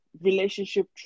relationship